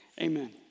Amen